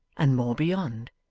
and more beyond,